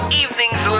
evenings